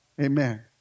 Amen